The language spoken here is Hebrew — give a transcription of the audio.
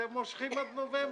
חשבתי שאתם מושכים עד נובמבר.